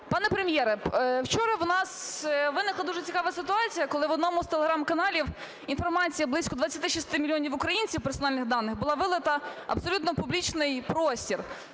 Пане Прем’єре, вчора в нас виникла дуже цікава ситуація, коли в одному з Telegram-каналів інформація близько 26 мільйонів українців, персональних даних, була вилита в абсолютно публічний простір.